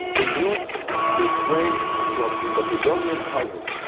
they used the phrase from the babylonian tablet,